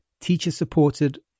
teacher-supported